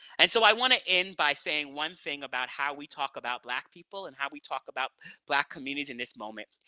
and so i want to end by saying one thing about how we talk about black people and how we talk about black communities in this moment.